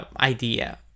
idea